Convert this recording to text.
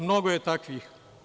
Mnogo je takvih.